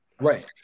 right